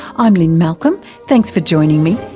i'm lynne malcolm thanks for joining me,